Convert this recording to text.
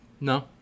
No